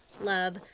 love